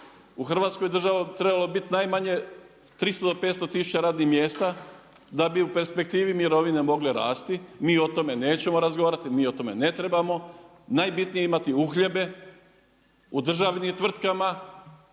U Hrvatskoj država bi trebala biti najmanje 300-500 tisuća radnih mjesta da bi u perspektivi mirovine mogle raste, mi o tome nećemo razgovarati, mi o tome ne trebamo. Najbitnije je imati uhljebe, u državnim tvrtkama,